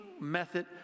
method